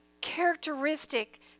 characteristic